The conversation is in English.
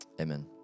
Amen